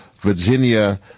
Virginia